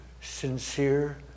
sincere